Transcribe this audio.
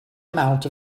amount